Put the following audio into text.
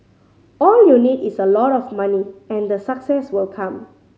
all you need is a lot of money and the success will come